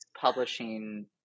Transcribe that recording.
publishing